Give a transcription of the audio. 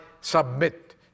submit